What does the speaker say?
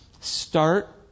start